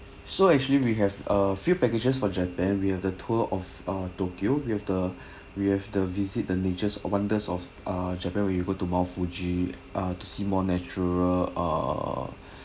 so actually we have a few packages for japan we have the tour of uh tokyo we have the we have the visit the nature's wonders of uh japan where you go to mount fuji ah to see more natural uh